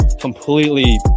completely